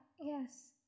yes